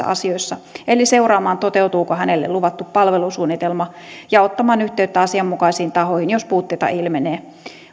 asioissa eli seuraamaan toteutuuko hänelle luvattu palvelusuunnitelma ja ottamaan yhteyttä asianmukaisiin tahoihin jos puutteita ilmenee